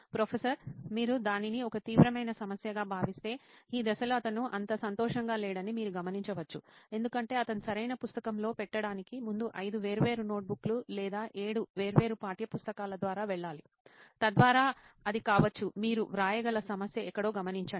professor మీరు దానిని ఒక తీవ్రమైన సమస్యగా భావిస్తే ఈ దశలో అతను అంత సంతోషంగా లేడని మీరు గమనించవచ్చు ఎందుకంటే అతను సరైన పుస్తకంలో పెట్టడానికి ముందు ఐదు వేర్వేరు నోట్బుక్లు లేదా ఏడు వేర్వేరు పాఠ్యపుస్తకాల ద్వారా వెళ్ళాలి తద్వారా అది కావచ్చు మీరు వ్రాయగల సమస్య ఎక్కడో గమనించండి